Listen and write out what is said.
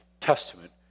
Testament